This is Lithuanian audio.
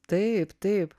taip taip